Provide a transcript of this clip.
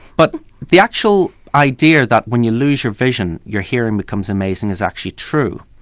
but the actual idea that when you lose your vision your hearing becomes amazing is actually true,